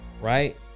Right